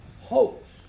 hoax